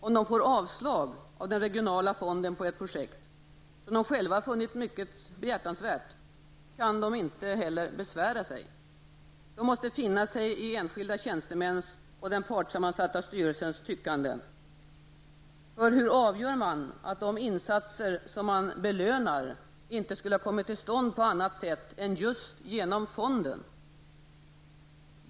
Om de får avslag av den regionala fonden på ett projekt som de själva funnit mycket behjärtansvärt kan de emellertid inte besvära sig. De måste finna sig i enskilda tjänstemäns och den partsammansatta styrelsens tyckande. Ty hur avgör man att de insatser man ''belönar'' inte skulle ha kommit till stånd på annat sätt än just genom fonden?